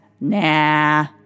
nah